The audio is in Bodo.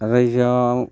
रायजोआव